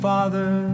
Father